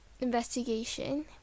investigation